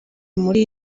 muri